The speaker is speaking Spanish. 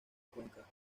cuenca